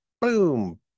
Boom